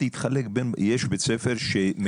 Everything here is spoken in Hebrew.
בוקר טוב.